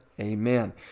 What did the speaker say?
Amen